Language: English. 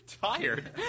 tired